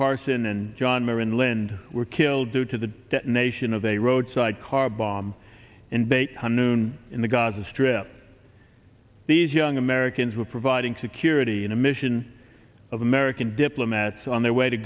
parson and john marin lindh were killed due to the detonation of a roadside car bomb in beit hanoun in the gaza strip these young americans were providing security in a mission of american diplomats on their way to